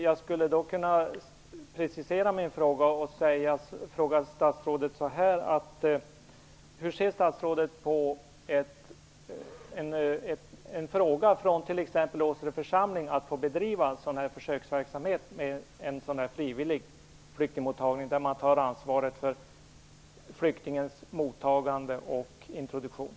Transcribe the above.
Jag vill då precisera min fråga: Hur ser statsrådet på en begäran från t.ex. Åsele församling att få bedriva en försöksverksamhet med frivillig flyktingmottagning, där man tar ansvar för flyktingens mottagande och introduktion?